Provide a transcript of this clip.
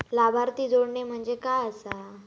लाभार्थी जोडणे म्हणजे काय आसा?